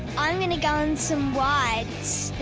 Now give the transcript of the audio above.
i'm gonna go on some rides.